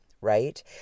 right